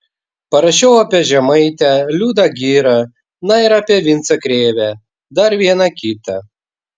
parašiau apie žemaitę liudą girą na ir apie vincą krėvę dar vieną kitą